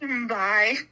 Bye